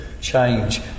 change